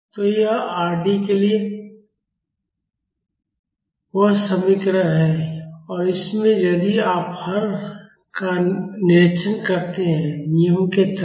तो यह Rd के लिए वसमीकरण है और इसमें यदि आप हर का निरीक्षण करते हैं नियम के तहत